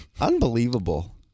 Unbelievable